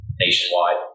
nationwide